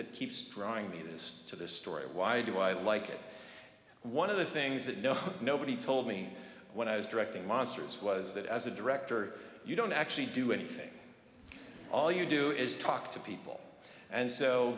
that keeps drawing me this to this story why do i like it one of the things that don't nobody told me when i was directing monsters was that as a director you don't actually do anything all you do is talk to people and so